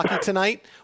tonight